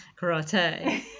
Karate